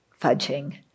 fudging